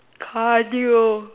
cardio